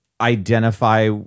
identify